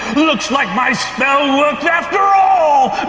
looks like my spell worked after all!